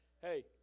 hey